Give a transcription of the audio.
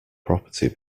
property